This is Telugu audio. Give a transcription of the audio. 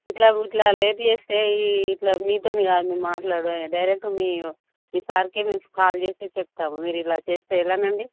ఇలా ఇలా లేట్ చేస్తే ఇలా మీతోని కాదు మాట్లాడడం డైరెక్ట్ మీ మీ సార్కె మేము కాల్ చేసి చెప్తాము మీరు ఇలా చేస్తే ఎలానండి